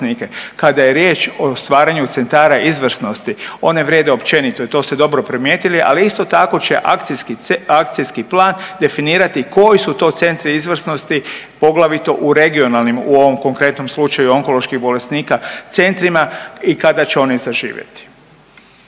Kada je riječ o stvaranju centara izvrsnosti one vrijede općenito i to ste dobro primijetili, ali isto tako će akcijski plan definirati koji su to centri izvrsnosti poglavito u regionalnim u ovom konkretnom slučaju onkoloških bolesnika centrima i kada će oni zaživjeti.